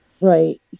Right